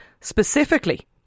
specifically